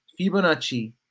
Fibonacci